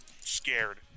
scared